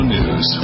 News